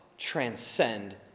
transcend